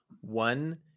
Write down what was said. One